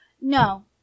No